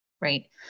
right